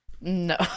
no